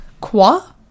Qua